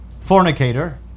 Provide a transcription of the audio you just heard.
fornicator